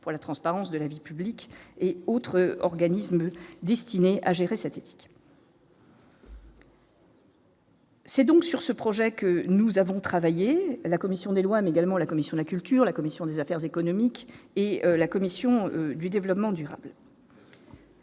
pour la transparence de la vie publique et autres organismes destinés à gérer cette éthique. C'est donc sur ce projet que nous avons travaillé, la commission des lois, mais également la commission, la culture, la commission des affaires économiques et la commission du développement durable.